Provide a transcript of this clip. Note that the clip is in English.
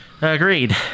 Agreed